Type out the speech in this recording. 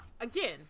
Again